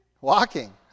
Walking